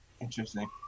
Interesting